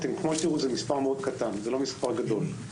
כפי שתראו, זה מספר קטן מאוד, זה לא מספר גדול.